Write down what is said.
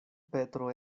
petro